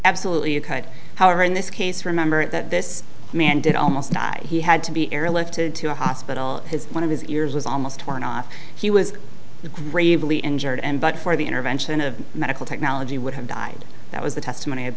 absolutely however in this case remember that this man did almost die he had to be airlifted to a hospital his one of his ears was almost torn off he was gravely injured and but for the intervention of medical technology would have died that was the testimony i